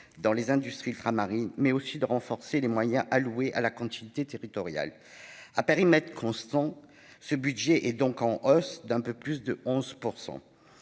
pour les industries ultramarines, mais aussi d'améliorer les moyens alloués à la continuité territoriale. À périmètre constant, ce budget est donc en hausse d'un peu plus de 11